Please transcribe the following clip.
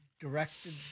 directed